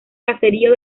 caserío